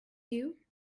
you